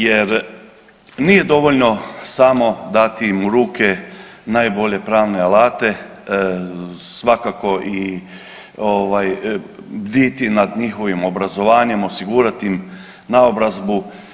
Jer nije dovoljno samo dati im u ruke najbolje pravne alate, svakako i ovaj bditi nad njihovim obrazovanjem, osigurati im naobrazbu.